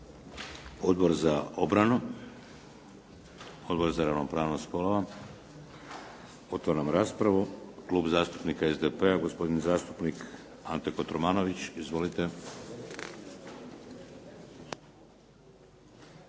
Odbor za obranu? Odbor za ravnopravnost spolova? Otvaram raspravu. Klub zastupnika SDP-a, gospodin zastupnik Ante Kotromanović. Izvolite.